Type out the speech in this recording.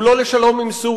הוא לא לשלום עם סוריה,